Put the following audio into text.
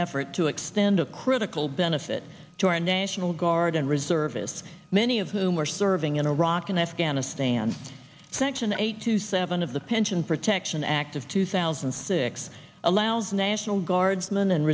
effort to extend a critical benefit to our national guard and reservists many of whom are serving in iraq and afghanistan section eight two seven of the pension protection act of two thousand and six allows national guardsmen and